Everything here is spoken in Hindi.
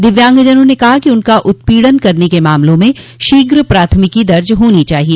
दिव्यांगजनों ने कहा कि उनका उत्पीड़न करने के मामलों में शीघ्र प्राथमिकी दर्ज होनी चाहिए